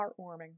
heartwarming